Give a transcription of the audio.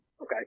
Okay